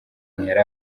ntiyari